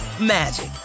magic